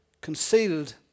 concealed